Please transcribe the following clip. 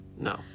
No